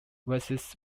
versus